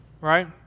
right